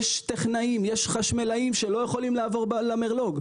יש טכנאים וחשמלאים שלא יכולים לעבור למרלו"ג.